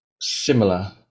similar